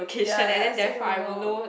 ya so you will know